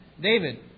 David